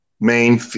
main